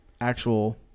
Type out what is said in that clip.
actual